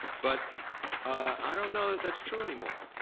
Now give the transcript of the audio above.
but i don't know that that's true anymore.